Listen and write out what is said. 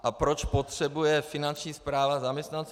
A proč potřebuje Finanční správa zaměstnance?